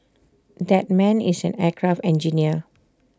that man is an aircraft engineer